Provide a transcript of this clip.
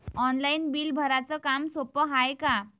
Online bill भराच काम सोपं हाय का?